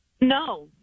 No